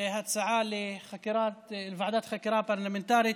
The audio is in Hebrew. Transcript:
הצעה לוועדת חקירה פרלמנטרית.